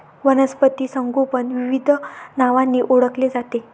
वनस्पती संगोपन विविध नावांनी ओळखले जाते